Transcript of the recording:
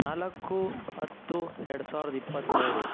ನಾಲ್ಕು ಹತ್ತು ಎರಡು ಸಾವಿರದ ಇಪ್ಪತ್ತ್ಮೂರು